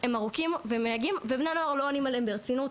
הם ארוכים והם מייגעים ובני הנוער לא עונים עליהם ברצינות.